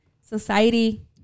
society